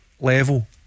level